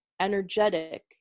energetic